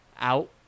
out